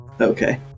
Okay